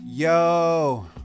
Yo